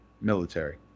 military